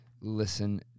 listen